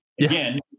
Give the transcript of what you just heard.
again